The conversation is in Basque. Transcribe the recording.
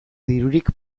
dirurik